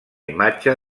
imatge